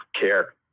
care